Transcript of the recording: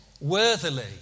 worthily